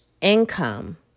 income